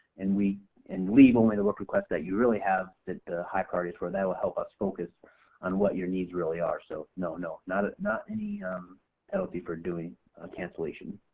and we and leave only the work request that you really have, that the high priorities for that will help us focus on what your needs really are, so no no, not ah not any penalty for doing a cancellation.